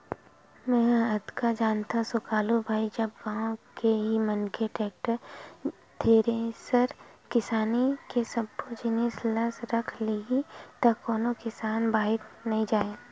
मेंहा अतका जानथव सुकालू भाई जब गाँव के ही मनखे टेक्टर, थेरेसर किसानी के सब्बो जिनिस ल रख लिही त कोनो किसान बाहिर नइ जाय